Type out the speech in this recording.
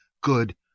good